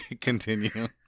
continue